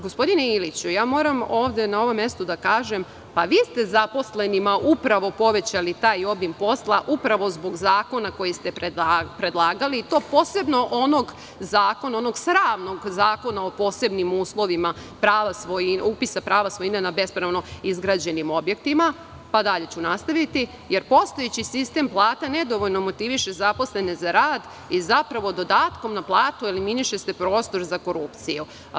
Gospodine Iliću, moram ovde na ovom mestu da kažem da ste vi zaposlenima upravo povećali taj obim posla, upravo zbog zakona koji ste predlagali i to posebno onog sramnog zakona o posebnim uslovima upisa prava svojine na bespravno izgrađenim objektima, pa dalje ću nastaviti, jer postojeći sistem plata nedovoljno motiviše zaposlene za rad i, zapravo, dodatkom na platu eliminiše se prostor za korupciju.